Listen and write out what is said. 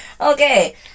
Okay